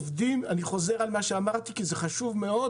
אני חוזר על מה שאמרתי כי זה חשוב מאוד